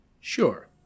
Sure